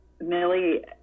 Millie